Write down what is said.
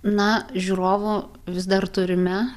na žiūrovų vis dar turime